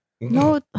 No